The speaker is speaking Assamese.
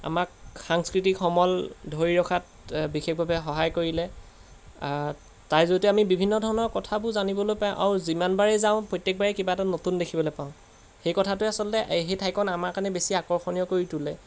আমাক সাংস্কৃতিক সমল ধৰি ৰখাত বিশেষভাৱে সহায় কৰিলে তাৰ জৰিয়তে আমি বিভিন্ন ধৰণৰ কথাবোৰ জানিবলৈ পাওঁ আৰু যিমানবাৰেই যাওঁ প্ৰত্যেকবাৰে কিবা এটা নতুন দেখিবলৈ পাওঁ সেই কথাটোৱে আচলতে সেই ঠাইকণ আমাৰ কাৰণে বেছি আকৰ্ষণীয় কৰি তোলে